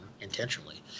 intentionally